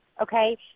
okay